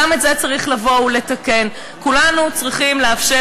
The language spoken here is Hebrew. גם את זה צריך לבוא ולתקן.